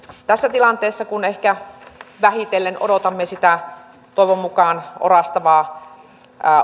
tässä vaiheessa kun vähitellen odotamme sitä toivon mukaan orastavaa